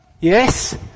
Yes